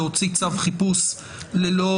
להוציא צו חיפוש ללא